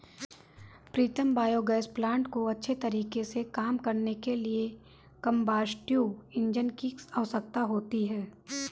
प्रीतम biogas plant को अच्छे तरीके से काम करने के लिए कंबस्टिव इंजन की आवश्यकता होती है